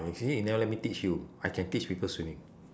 ah you see you never let me teach you I can teach people swimming